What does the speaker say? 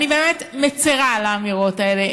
אני באמת מצרה על האמירות האלה,